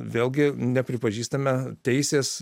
vėlgi nepripažįstame teisės